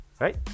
right